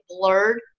blurred